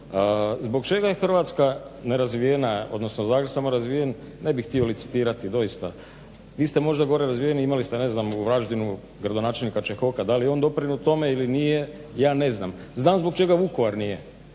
Zbog čega je Hrvatska odnosno Zagreb samo razvijen? Ne bih htio licitirati doista. Vi ste možda gore razvijeni imali ste u Varaždinu gradonačelnika Čehoka. Da li je on doprinio tome ili nije ja ne znam. Znam zbog čega Vukovar nije.